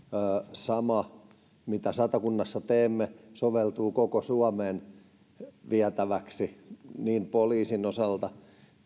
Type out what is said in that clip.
sama mitä satakunnassa teemme soveltuu koko suomeen vietäväksi poliisin osalta